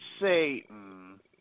Satan